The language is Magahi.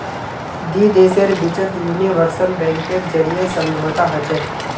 दी देशेर बिचत यूनिवर्सल बैंकेर जरीए समझौता हछेक